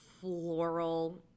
floral